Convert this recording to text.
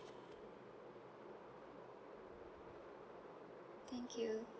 thank you